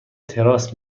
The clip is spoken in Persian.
تراس